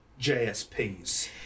JSPs